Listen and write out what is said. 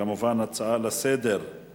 כמובן, הצעה לסדר-היום.